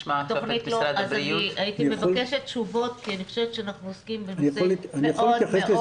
אני הייתי מבקשת תשובות כי אני חושבת שאנחנו עוסקים בנושא מאוד מאוד